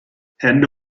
hände